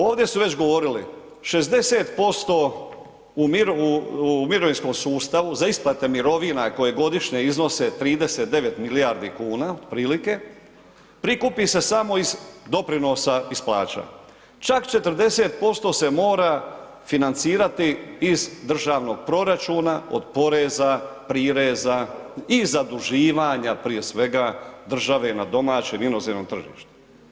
Ovde su već govorili 60% u mirovinskom sustavu za isplate mirovina koje godišnje iznose 39 milijardi kuna otprilike, prikupi se samo iz doprinosa iz plaća, čak 40% mora se financirati iz državnog proračuna, od poreza, prireza i zaduživanja prije svega države na domaćem i inozemnom tržištu.